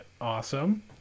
awesome